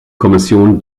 kommission